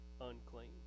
unclean